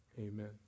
amen